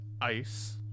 ice